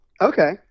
okay